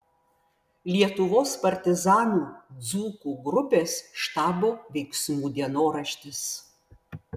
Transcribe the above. lietuvos partizanų dzūkų grupės štabo veiksmų dienoraštis